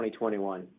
2021